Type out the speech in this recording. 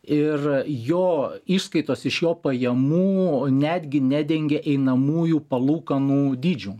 ir jo išskaitos iš jo pajamų netgi nedengia einamųjų palūkanų dydžių